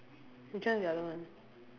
which one is the other one